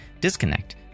disconnect